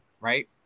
Right